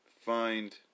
find